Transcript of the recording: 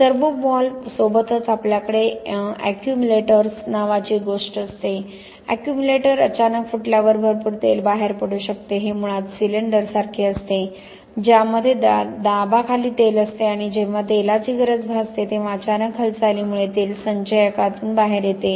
servo valve सोबतच आपल्याकडे accumulators accumulators नावाची एक गोष्ट असते एक्युम्युलेटर अचानक फुटल्यावर भरपूर तेल बाहेर पडू शकते हे मुळात सिलिंडरसारखे असते ज्यामध्ये दाबाखाली तेल असते आणि जेव्हा तेलाची गरज भासते तेव्हा अचानक हालचालीमुळे तेल संचयकामधून बाहेर येते